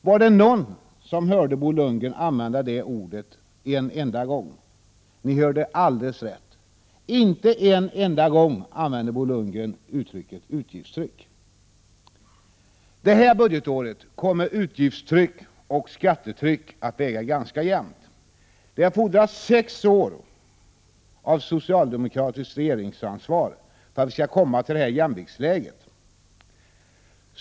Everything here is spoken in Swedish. Var det någon som hörde Bo Lundgren använda det ordet en enda gång? Ni hörde alldeles rätt — inte en enda gång använde Bo Lundgren ordet utgiftstryck. Detta budgetår kommer utgiftstryck och skattetryck att väga ganska jämnt. Det har fordrats sex år av socialdemokratiskt regeringsansvar för att komma till detta jämviktsläge.